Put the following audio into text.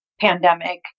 pandemic